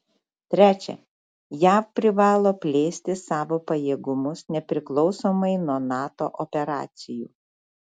trečia jav privalo plėsti savo pajėgumus nepriklausomai nuo nato operacijų